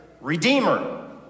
Redeemer